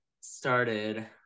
started